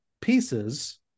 Pieces